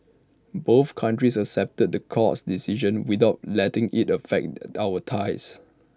both countries accepted the court's decision without letting IT affect our ties